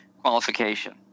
qualification